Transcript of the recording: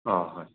ꯑꯥ ꯍꯣꯏ